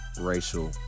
racial